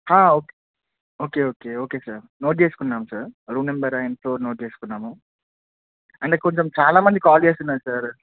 ఓ okay okay okay sir note చేసుకున్నాం sir room number and floor note చేసుకున్నాము అంటే కొంచెం చాలా మంది కాల్ చేస్తున్నారు సార్